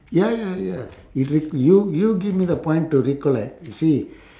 ya ya ya is y~ you you give me the point to recollect you see